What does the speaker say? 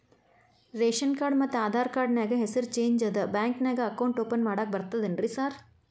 Ration card ಮತ್ತ Aadhaar card ನ್ಯಾಗ ಹೆಸರು ಚೇಂಜ್ ಅದಾ ಬ್ಯಾಂಕಿನ್ಯಾಗ ಅಕೌಂಟ್ ಓಪನ್ ಮಾಡಾಕ ಬರ್ತಾದೇನ್ರಿ ಸಾರ್?